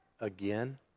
again